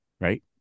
right